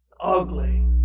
ugly